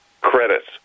credits